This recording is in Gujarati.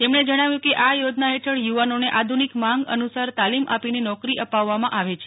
તેમણે જણાવ્યું કે આ યોજના હેઠળ યુવાનોને આધુનિક માંગ અનુસાર તાલીમ આપીને નોકરી અપાવવામાં આવે છે